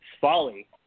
folly